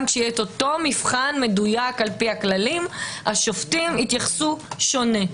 גם כשיהיה אותו מבחן מדויק לפי הכללים השופטים יתייחסו שונה.